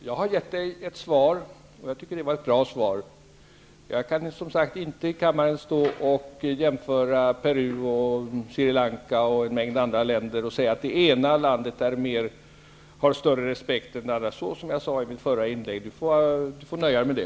Fru talman! Bertil Måbrink kräver verkligen mycket av mig. Jag har gett honom ett svar, och jag tycker att det var ett bra svar. Jag kan inte jämföra Peru och Sri Lanka och en mängd andra länder och säga att det ena landet har större respekt för mänskliga rättigheter än det andra. Bertil Måbrink får nöja sig med det.